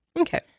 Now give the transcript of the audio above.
Okay